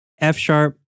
F-sharp